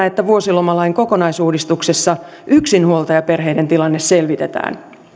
että vuosilomalain kokonaisuudistuksessa yksinhuoltajaperheiden tilanne selvitetään